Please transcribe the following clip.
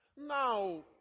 now